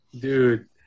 Dude